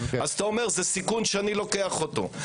אתה אומר: זה סיכון שאני לוקח אותו,